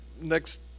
next